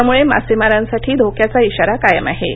त्यामुळे मासेमारांसाठी धोक्याचा इशारा कायम आहे